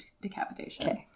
decapitation